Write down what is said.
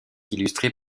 illustré